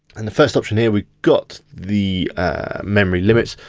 and the first option here we've got the memory limit.